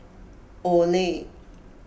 Olay